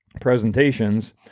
presentations